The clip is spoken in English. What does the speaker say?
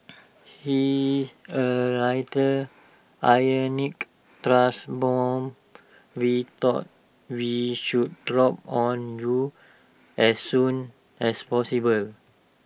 he A rather ironic truth bomb we thought we should drop on you as soon as possible